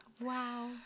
wow